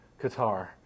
Qatar